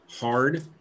hard